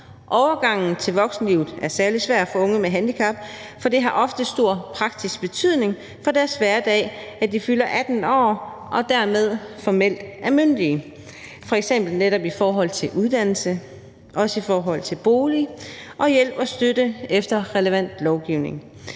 Overgangen til voksenlivet er særlig svær for unge med handicap, for det har ofte stor praktisk betydning for deres hverdag, at de fylder 18 år og dermed formelt er myndige – f.eks. i forhold til uddannelse og i forhold til bolig og hjælp og støtte efter relevant lovgivning.